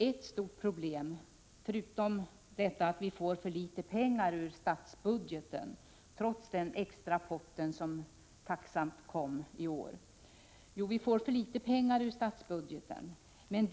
Ett problem är att vi får för litet pengar ur statsbudgeten, trots den extra pott som vi tacksamt tog emot i år.